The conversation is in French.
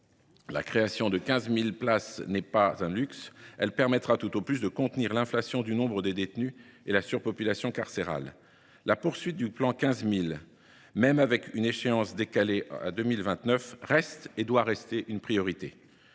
la création de 15 000 places n’est pas un luxe : elle permettra tout au plus de contenir l’inflation du nombre de détenus et la surpopulation carcérale. La poursuite du plan « 15 000 places de prison », même avec une échéance décalée à 2029, reste et doit rester une priorité.